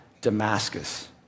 Damascus